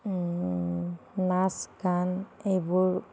নাচ গান এইবোৰ